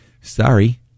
Sorry